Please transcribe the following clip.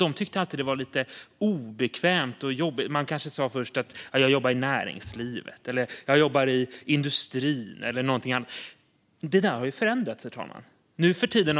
De tyckte att det var lite obekvämt och jobbigt, och först kanske de sa att de jobbade i näringslivet, industrin eller någonting annat. Det där har förändrats, herr talman.